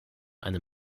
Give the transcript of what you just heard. eine